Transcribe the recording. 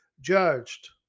judged